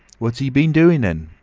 what's he been doin', then?